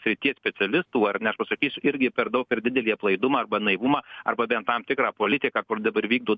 srities specialistų ar ne aš pasakysiu irgi per daug per didelį aplaidumą arba naivumą arba tam tikrą politiką kur dabar vykdo